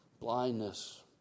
blindness